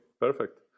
perfect